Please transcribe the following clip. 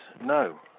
no